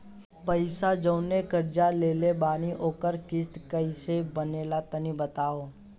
पैसा जऊन कर्जा लेले बानी ओकर किश्त कइसे बनेला तनी बताव?